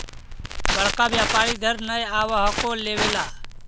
बड़का व्यापारि इधर नय आब हको लेबे ला?